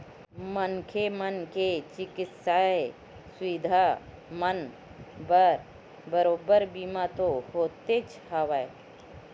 मनखे मन के चिकित्सा सुबिधा मन बर बरोबर बीमा तो होतेच हवय